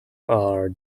are